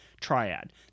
triad